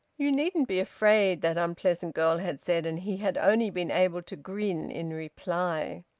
you needn't be afraid, that unpleasant girl had said. and he had only been able to grin in reply!